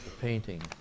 painting